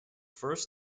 first